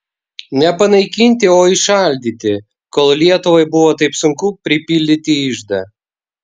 ne panaikinti o įšaldyti kol lietuvai buvo taip sunku pripildyti iždą